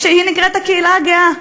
שנקראת הקהילה הגאה.